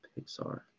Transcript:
Pixar